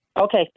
Okay